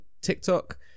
tiktok